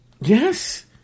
yes